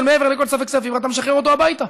מעבר לכל ספק סביר ואתה משחרר אותו הביתה,